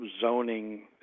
zoning